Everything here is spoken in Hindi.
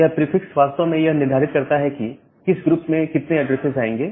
यह प्रीफिक्स वास्तव में यह निर्धारित करता है कि किस ग्रुप में कितने ऐड्रेसेस आएंगे